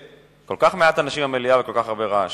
כל כך מעט אנשים במליאה וכל כך הרבה רעש.